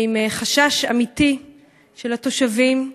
ועם חשש אמיתי של התושבים,